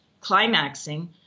climaxing